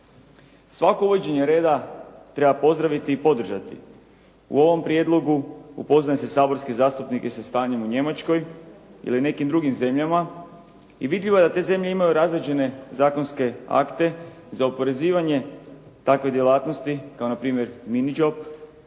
Svako uvođenje reda treba pozdraviti i podržati. U ovom prijedlogu upoznaje se saborske zastupnike sa stanjem u Njemačkoj ili nekim drugim zemljama i vidljivo je da te zemlje imaju razrađene zakonske akte za oporezivanje takve djelatnosti kao npr. mini job